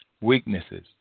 weaknesses